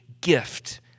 gift